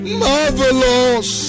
marvelous